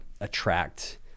attract